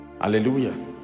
hallelujah